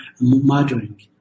murdering